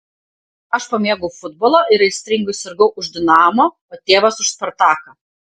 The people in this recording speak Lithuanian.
aš pamėgau futbolą ir aistringai sirgau už dinamo o tėvas už spartaką